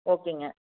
ஓகேங்க